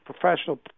professional